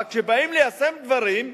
אבל כשבאים ליישם דברים,